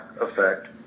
effect